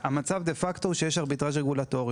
המצב, דה פקטו, הוא שיש ארביטראז' רגולטורי,